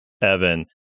Evan